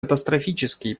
катастрофические